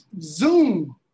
Zoom